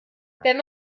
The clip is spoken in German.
wenn